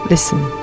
Listen